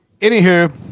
Anywho